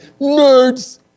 nerds